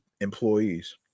employees